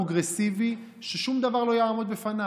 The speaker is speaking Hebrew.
לסופר-פרוגרסיבי, ששום דבר לא יעמוד בפניו.